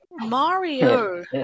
Mario